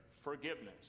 forgiveness